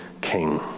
King